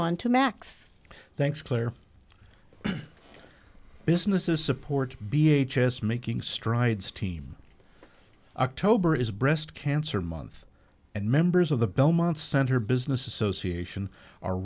on to max thanks for businesses support b h s making strides team october is breast cancer month and members of the belmont center business association are